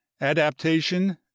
Adaptation